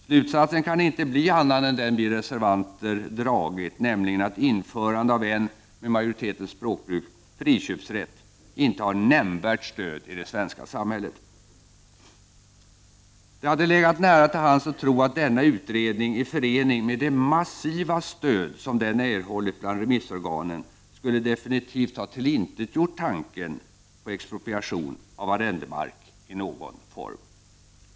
Slutsatsen kan inte bli någon annan än den som vi reservanter dragit, nämligen att införande av en — med majoritetens språkbruk — friköpsrätt inte har nämnvärt stöd i det svenska samhället. Det hade legat nära till hands att tro att denna utredning, i förening med det massiva stöd som den erhållit bland remissorganen, definitivt skulle ha tillintetgjort tanken på expropriation av arrendemark i någon form.